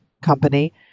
company